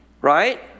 Right